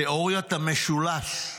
תיאוריית המשולש,